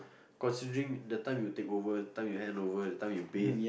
considering the time you take over time you hand over the time you bathe